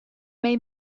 may